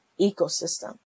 ecosystem